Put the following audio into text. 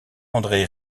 andré